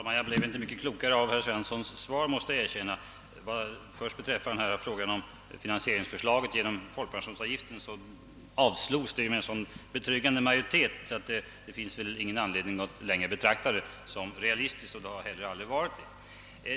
Herr talman! Jag måste erkänna att jag inte blev mycket klokare av herr Svenssons svar. Förslaget om finansiering genom folkpensionsavgiften avslogs ju med en så betryggande majoritet, att det inte finns någon anledning att betrakta det som realistiskt.